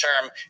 term